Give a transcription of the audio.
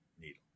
needle